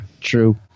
true